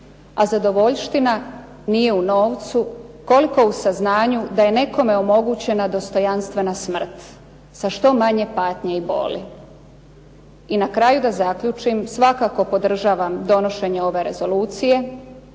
a zadovoljština nije u novcu koliko u saznanju da je nekome omogućena dostojanstvena smrt sa što manje patnje i boli. I na kraju da zaključim. Svakako podržavam donošenje ove rezolucije